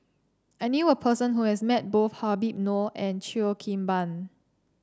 I knew a person who has met both Habib Noh and Cheo Kim Ban